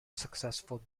successful